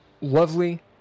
lovely